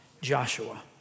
Joshua